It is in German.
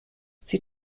sie